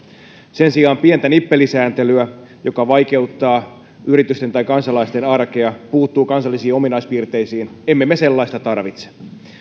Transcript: sen sijaan pientä nippelisääntelyä joka vaikeuttaa yritysten tai kansalaisten arkea ja puuttuu kansallisiin ominaispiirteisiin emme me sellaista tarvitse